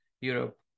Europe